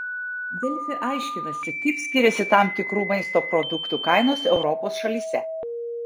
delfi aiškinasi kaip skiriasi tam tikrų maisto produktų kainos europos šalyse